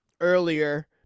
earlier